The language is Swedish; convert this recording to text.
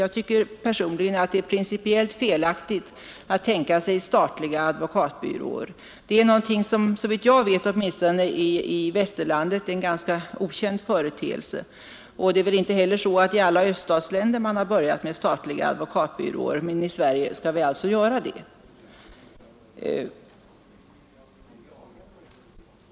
Jag tycker personligen att det är principiellt felaktigt att tänka sig statliga advokatbyråer. Det är, såvitt jag vet, åtminstone i västerlandet en okänd företeelse, och man har väl inte heller i alla öststater börjat med statliga advokatbyråer, men i Sverige skall vi alltså göra det.